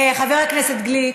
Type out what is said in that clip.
חבר הכנסת גליק,